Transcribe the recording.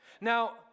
Now